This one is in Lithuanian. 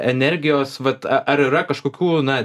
energijos vat ar yra kažkokių na